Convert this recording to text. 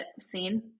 scene